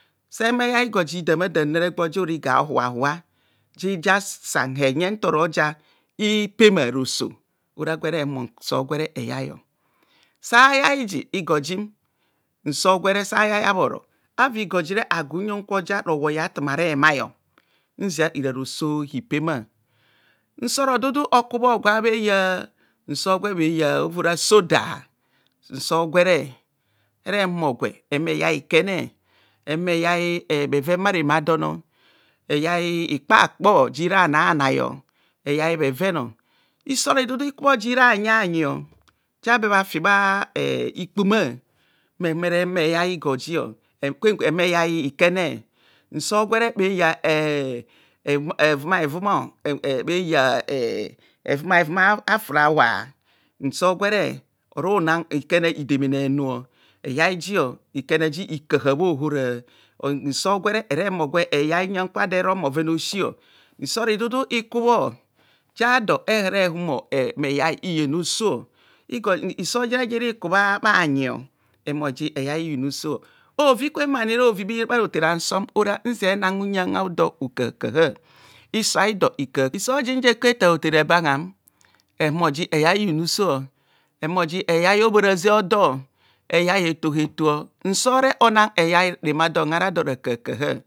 Sehumo eyai gor jidama damne gwo ja ora igor huahua, jiso san heyen ntorogia ipema roso ora gwa lere humor nsor gwere mme yai sayai ji igor jim nso gwere sa yai abhovo ava igor jire agu nyon kwoja ro- woi atuma remai nzia ira roso hipema nsor odu du okubho gwa bheya nso gwe bheya obova soba nsor gwere ere humo gwe mmeyai ikene ehume eyai bheven bharemadon eyai ikpa kpor jira bhanai bhanai eyai bheven isor idudu ikubho jira bhanyayio ja be bhafeibha ikpuma mmere humo eyai igor ji kweu kwen ehumo eyai ikene. nsor gwere bheya em em wvuma hevum emem bheya hevum a'hevum a frawa. nsor gwere oro na ikene idemene henu eyai jio ikeneji ika ha bhaohora nsor gwere ere humo gwe eyai uyang kwa dor eron bhoven a osi isor idudu ikubho jador ehere huma eyai inuso. iso jire iriku bhayi ehumoji eyai inumuso ovi kwemani bha hotere an sor ora nzia enan uyang odor okalakaha iso haidor hikakaha isor jim je ketar hotere ebangha ehumo ji eyai inumusi ewunmoji eyai hobhoraze a odo. ara dor rakahakaha.